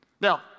Now